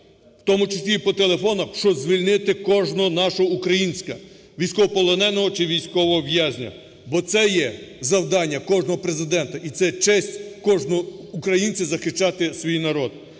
в тому числі і по телефону, щоб звільнити кожного нашого українця – військовополоненого чи військового в'язня. Бо це є завдання кожного Президента і це є честь кожного українця захищати свій народ.